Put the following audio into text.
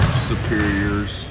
superiors